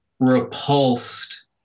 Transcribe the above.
repulsed